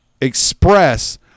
express